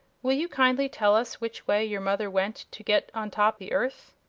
will you kindly tell us which way your mother went to get on top the earth?